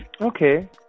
Okay